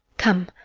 come,